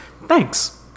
Thanks